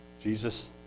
Jesus